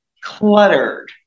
cluttered